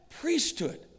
priesthood